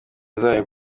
zayo